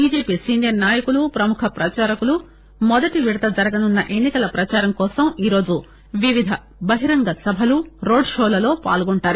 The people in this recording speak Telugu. బిజెపి సీనియర్ నాయకులు ప్రముఖ ప్రచారకులు మొదటి విడత జరగనున్న ఎన్నికల ప్రదారం కోసం ఈరోజు వివిధ బహిరంగ సభలు రోడ్ షోలలో పాల్గొంటారు